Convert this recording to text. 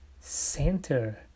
center